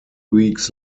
weeks